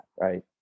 right